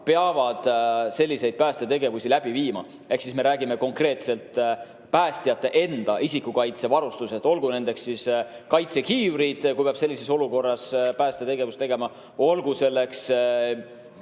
peavad selliseid päästetegevusi läbi viima. Ehk me räägime konkreetselt päästjate enda isikukaitsevarustusest, olgu selleks kaitsekiivrid, kui peab sellises olukorras päästetegevusega tegelema, olgu selleks